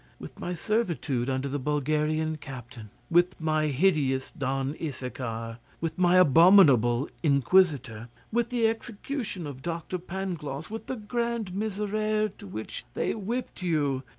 with my servitude under the bulgarian captain, with my hideous don issachar, with my abominable inquisitor, with the execution of doctor pangloss, with the grand miserere to which they whipped you,